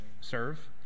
serve